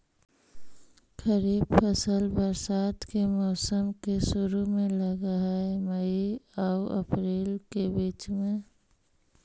खरीफ फसल बरसात के मौसम के शुरु में लग हे, मई आऊ अपरील के बीच में